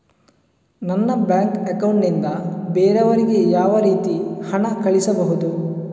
ನನ್ನ bank account ನಿಂದ ಬೇರೆಯವರಿಗೆ ಯಾವ ರೀತಿ ಹಣ ಕಳಿಸಬಹುದು?